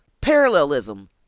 parallelism